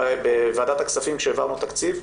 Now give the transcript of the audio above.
בוועדת הכספים כשהעברנו תקציב,